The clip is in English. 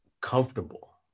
comfortable